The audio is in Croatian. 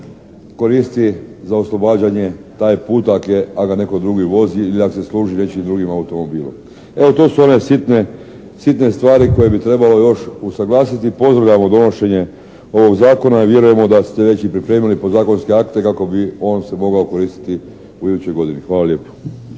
koristi za oslobađanje taj put ako ga netko drugi vozi ili ako se služi nečijim drugim automobilom. Evo to su one sitne stvari koje bi trebalo još usuglasiti, pozdravljamo donošenje ovog Zakona i vjerujemo da ste već i pripremili i podzakonske akte kako bi on se mogao koristiti u idućoj godini. Hvala lijepo.